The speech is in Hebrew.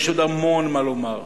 יש עוד המון מה לומר,